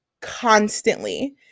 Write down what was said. constantly –